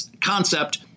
concept